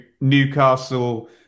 Newcastle